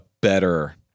better